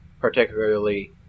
particularly